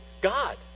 God